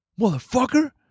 Motherfucker